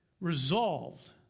resolved